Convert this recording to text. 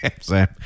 Sam